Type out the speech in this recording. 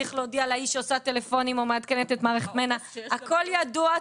צריך להודיע להיא שעושה טלפונים או מעדכנת את מערכת מנ"ע הכול ידוע,